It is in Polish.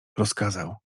rozkazał